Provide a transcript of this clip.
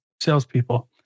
salespeople